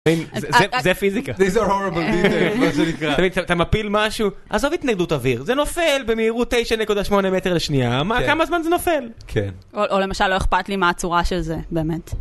זה פיזיקה, אתה מפיל משהו, עזוב התנגדות אוויר, זה נופל במהירות 9.8 מטר לשנייה, מה, כמה זמן זה נופל? כן, או למשל לא אכפת לי מה הצורה של זה, באמת.